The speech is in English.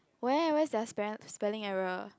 where where's their spell spelling error